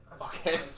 okay